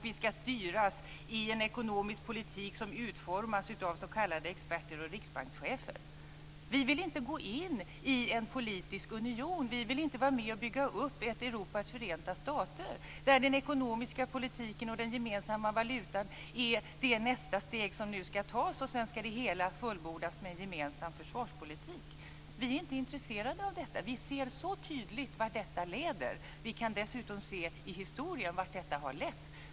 Vi ska styras i en ekonomisk politik som utformas av s.k. experter och riksbankschefer. Vi vill inte gå in i en politisk union. Vi vill inte vara med och bygga upp ett Europas förenta stater, där den ekonomiska politiken och den gemensamma valutan är det nästa steg som nu ska tas. Sedan ska det hela fullbordas med en gemensam försvarspolitik. Vi är inte intresserade av detta. Vi ser så tydligt vart detta leder. Vi kan dessutom se i historien vart detta har lett.